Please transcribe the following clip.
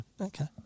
Okay